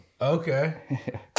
Okay